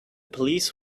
police